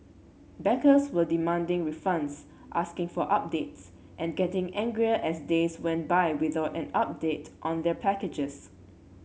backers were demanding refunds asking for updates and getting angrier as days went by without an update on their packages